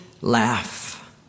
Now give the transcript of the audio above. laugh